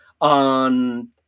on